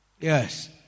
Yes